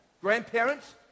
Grandparents